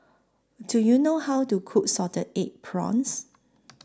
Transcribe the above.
Do YOU know How to Cook Salted Egg Prawns